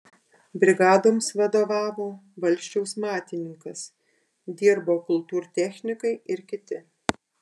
brigadoms vadovavo valsčiaus matininkas dirbo kultūrtechnikai ir kiti